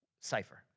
cipher